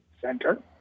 center